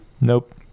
Nope